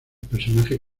personaje